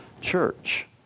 church